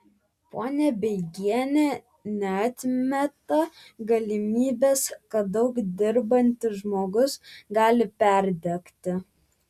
ponia beigienė neatmeta galimybės kad daug dirbantis žmogus gali perdegti